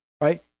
right